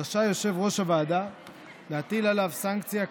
ורשאי יושב-ראש הוועדה להטיל עליו סנקציה כספית.